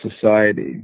Society